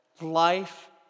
life